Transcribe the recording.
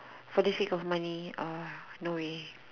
for the sake of money uh no way